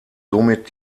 somit